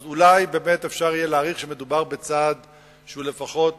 אז אולי באמת אפשר יהיה להעריך שמדובר בצעד שהוא לפחות